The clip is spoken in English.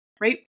right